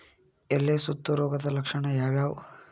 ಎಲೆ ಸುತ್ತು ರೋಗದ ಲಕ್ಷಣ ಯಾವ್ಯಾವ್?